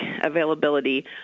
availability